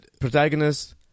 protagonist